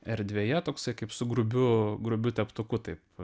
erdvėje toksai kaip su grubiu grubiu teptuku taip